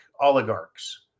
oligarchs